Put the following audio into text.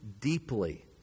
deeply